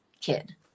kid